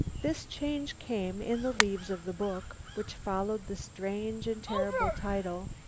this change came in the leaves of the book which followed the strange and terrible title,